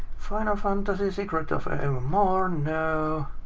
final fantasy, secret of ah evermore, no.